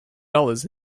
dollars